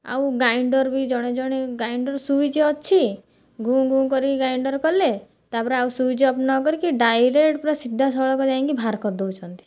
ଆଉ ଗ୍ରାଇଣ୍ଡର୍ ବି ଜଣେ ଜଣେ ଗ୍ରାଇଣ୍ଡର୍ ସୁଇଚ୍ ଅଛି ଘୁଁ ଘୁଁ କରିକି ଗ୍ରାଇଣ୍ଡର୍ କଲେ ତା'ପରେ ଆଉ ସୁଇଚ୍ ଅଫ୍ ନ କରିକି ଡାଇରେକ୍ଟ ପୂରା ସିଧାସଳଖ ଯାଇକି ବାହାର କରିଦେଉଛନ୍ତି